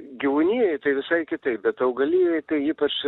gyvūnijoj tai visai kitaip bet augalijoj tai ypač